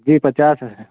जी पचास है